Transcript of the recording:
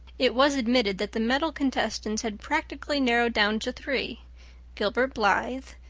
it was admitted that the medal contestants had practically narrowed down to three gilbert blythe,